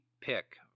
pick